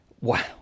wow